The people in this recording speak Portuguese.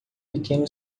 pequeno